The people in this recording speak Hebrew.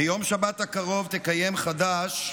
ביום שבת הקרוב תקיים חד"ש,